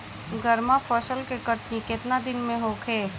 गर्मा फसल के कटनी केतना दिन में होखे?